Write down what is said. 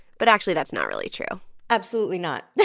but actually, that's not really true absolutely not.